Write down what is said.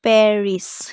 Paris